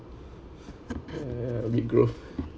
ya big growth oh